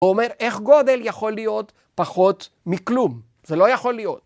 הוא אומר, איך גודל יכול להיות פחות מכלום? זה לא יכול להיות.